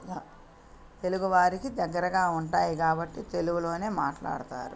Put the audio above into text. తెలుగు వారికి దగ్గరగా ఉంటాయి కాబట్టి తెలుగులోనే మాట్లాడతారు